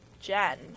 jen